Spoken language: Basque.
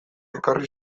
ekarri